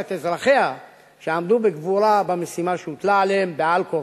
את אזרחיה שעמדו בגבורה במשימה שהוטלה עליהם בעל כורחם.